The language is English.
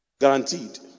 Guaranteed